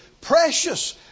Precious